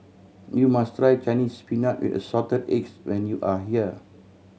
you must try Chinese Spinach with Assorted Eggs when you are here